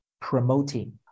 promoting